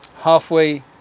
halfway